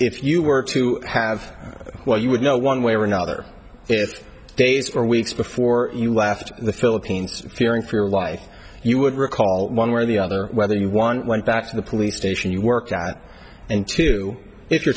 if you were to have what you would know one way or another if days or weeks before you left the philippines fearing for your life you would recall one where the other whether you want went back to the police station you worked at and to if you're